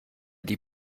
die